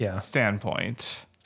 standpoint